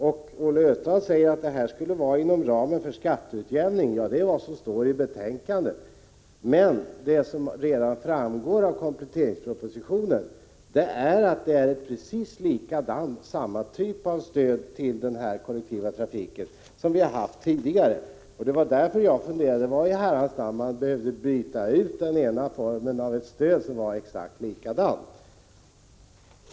Olle Östrand säger att detta skall göras inom ramen för skatteutjämningen. Ja, det är vad som står i betänkandet. Men redan av kompletteringspropositionen har det framgått att det är fråga om precis samma typ av stöd till kollektivtrafiken som vi har haft tidigare. Det var därför jag funderade över varför i herrans namn man behövde byta ut ett stöd i en form mot ett som var exakt likadant.